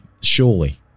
surely